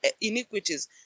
iniquities